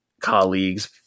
colleagues